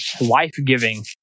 life-giving